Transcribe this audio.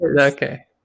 Okay